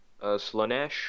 Slanesh